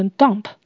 dump